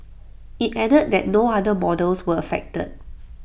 IT added that no other models were affected